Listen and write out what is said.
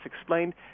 explained